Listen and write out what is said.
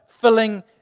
filling